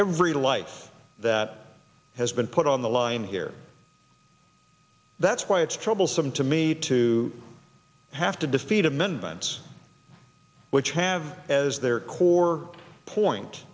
everyday life that has been put on the line here that's why it's troublesome to me to have to defeat amendments which have as their core point